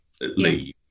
leave